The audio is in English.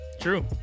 True